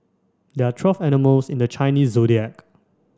there're twelve animals in the Chinese Zodiac